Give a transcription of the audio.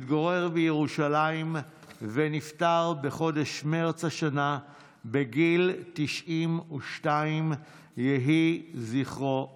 התגורר בירושלים ונפטר בחודש מרץ השנה בגיל 92. יהי זכרו ברוך.